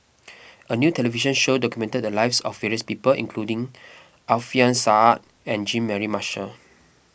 a new television show documented the lives of various people including Alfian Sa'At and Jean Mary Marshall